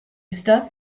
stuff